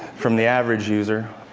from the average user.